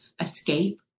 escape